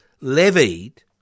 levied